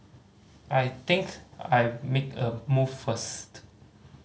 I think I'll make a move first